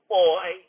boy